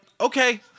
okay